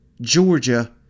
Georgia